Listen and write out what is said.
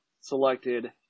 selected